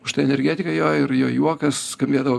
užtai energetika jo ir jo juokas skambėdavo